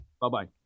bye-bye